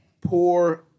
poor